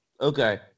Okay